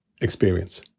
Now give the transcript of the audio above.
experience